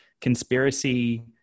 conspiracy